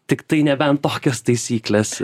tiktai nebent tokios taisyklės